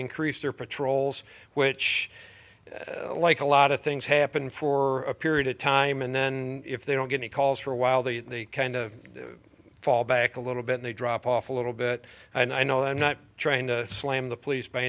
increase their patrols which like a lot of things happen for a period of time and then if they don't get any calls for a while the kind of fall back a little bit they drop off a little bit and i know i'm not trying to slam the police by